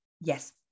Yes